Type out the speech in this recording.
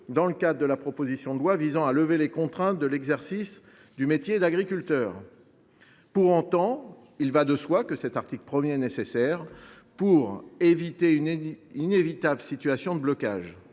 dans le cadre de la proposition de loi visant à lever les contraintes à l’exercice du métier d’agriculteur… Pour autant, il va de soi que cet article 1 est nécessaire pour éviter une situation de blocage.